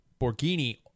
Borghini